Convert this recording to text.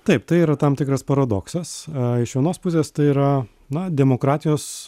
taip tai yra tam tikras paradoksas a iš vienos pusės tai yra na demokratijos